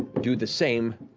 do the same,